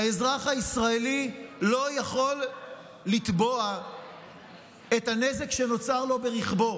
האזרח הישראלי לא יכול לתבוע בגין הנזק שנגרם לרכבו.